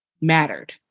mattered